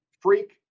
freak